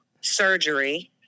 surgery